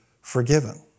forgiven